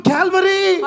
Calvary